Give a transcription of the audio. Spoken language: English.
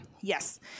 Yes